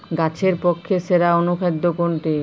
গাছের পক্ষে সেরা অনুখাদ্য কোনটি?